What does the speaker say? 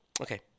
Okay